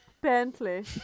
Bentley